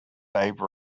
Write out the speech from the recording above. babe